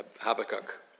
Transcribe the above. Habakkuk